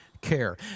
care